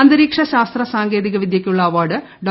അന്തരീക്ഷ ശാസ്ത്ര സാങ്കേതിക വിദ്യയ്ക്കുള്ള അവാർഡ് ഡോ